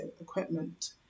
equipment